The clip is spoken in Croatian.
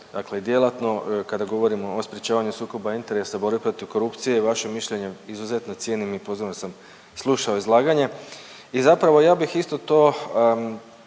dakle djelatno kada govorimo o sprječavanju sukoba interesa, borbe protiv korupcije, vaše mišljenje izuzetno cijenim i pozorno sam slušao izlaganje. I zapravo ja bih isto to